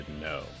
no